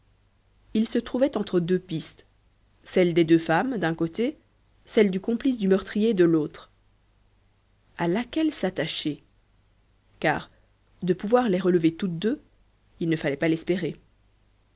il se trouvait entre deux pistes celle des deux femmes d'un côté celle du complice du meurtrier de l'autre à laquelle s'attacher car de pouvoir les relever toutes deux il ne fallait pas l'espérer